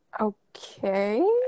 Okay